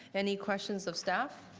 any questions of staff?